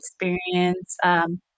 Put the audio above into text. experience